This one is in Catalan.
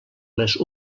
les